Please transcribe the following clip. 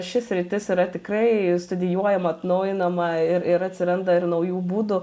ši sritis yra tikrai studijuojama atnaujinama ir ir atsiranda ir naujų būdų